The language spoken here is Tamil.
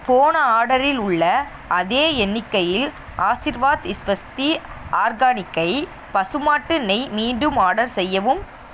போன ஆர்டரில் உள்ள அதே எண்ணிக்கையில் ஆஷிர்வாத் ஸ்வஸ்தி ஆர்கானிக்கை பசுமாட்டு நெய் மீண்டும் ஆர்டர் செய்யவும்